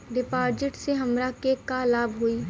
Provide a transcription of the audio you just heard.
डिपाजिटसे हमरा के का लाभ होई?